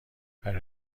برا